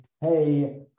hey